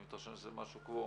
אני מתרשם שזה משהו כמו